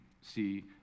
see